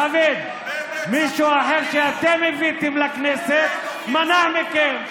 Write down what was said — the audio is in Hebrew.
דוד, מישהו אחר, שאתם הבאתם לכנסת, מנע מכם.